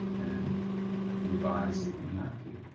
and revise if we have to.